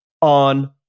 on